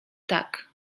tak